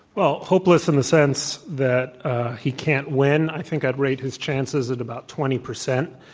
well, hopeless in the sense that he can't win. i think i'd rate his chances at about twenty percent.